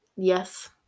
yes